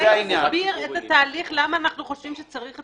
אולי נסביר את התהליך למה אנחנו חושבים שצריך את העיכוב הזה?